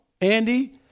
Andy